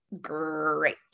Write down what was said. great